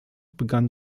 begann